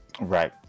Right